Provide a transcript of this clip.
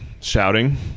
shouting